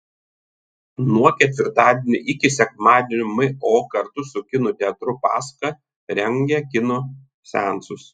nuo ketvirtadienio iki sekmadienio mo kartu su kino teatru pasaka rengia kino seansus